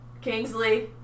Kingsley